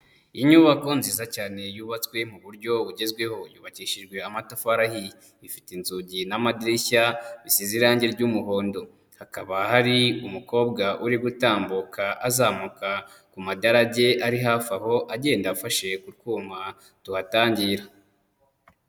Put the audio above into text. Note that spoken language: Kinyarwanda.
Inyubako nziza cyane yubatswe mu buryo bugezweho, yubakishijwe amatafari ahiye, ifite inzugi n'amadirishya bisize irangi ry'umuhondo, hakaba hari umukobwa uri gutambuka azamuka ku madarage ari hafi aho agenda afashe ku twuma tuhatangira.